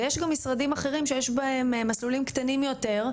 ויש גם משרדים אחרים שיש בהם מסלולים קטנים יותר,